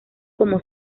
como